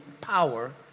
power